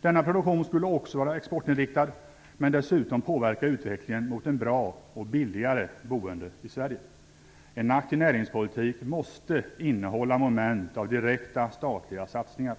Denna produktion skulle också vara exportinriktad, men dessutom påverka utvecklingen mot ett bra och billigare boende i Sverige. En aktiv näringspolitik måste innehålla moment av direkta statliga satsningar.